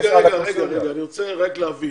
אני רוצה רק להבין.